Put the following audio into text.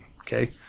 okay